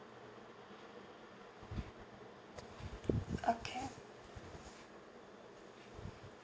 okay